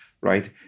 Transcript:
right